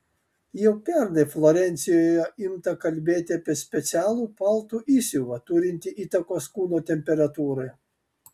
jau pernai florencijoje imta kalbėti apie specialų paltų įsiuvą turintį įtakos kūno temperatūrai